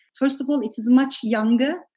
first of all, it is much younger,